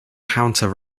counter